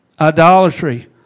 idolatry